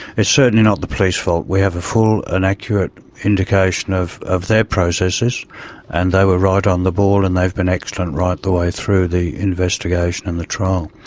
it's certainly not the police's fault. we have a full and accurate indication of of their processes and they were right on the ball and they've been excellent right the way through the investigation and the trial.